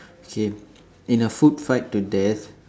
okay in a food fight to death